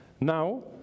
Now